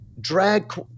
drag